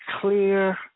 clear